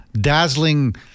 dazzling